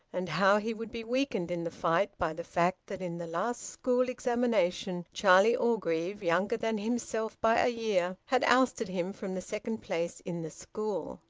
and how he would be weakened in the fight by the fact that in the last school examination, charlie orgreave, younger than himself by a year, had ousted him from the second place in the school.